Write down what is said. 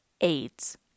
AIDS